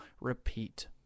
repeat